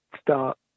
start